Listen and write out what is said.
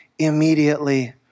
immediately